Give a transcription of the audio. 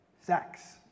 sex